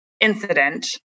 incident